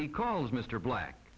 he calls mr black